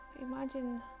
Imagine